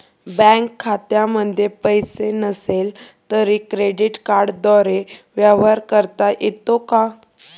Bank खात्यामध्ये पैसे नसले तरी क्रेडिट कार्डद्वारे व्यवहार करता येतो का?